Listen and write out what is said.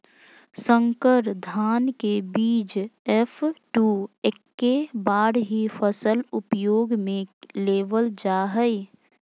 संकर धान के बीज एफ.टू एक्के बार ही फसल उपयोग में लेवल जा हइ